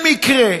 במקרה,